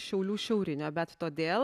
šiaulių šiaurinio bet todėl